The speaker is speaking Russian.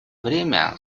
время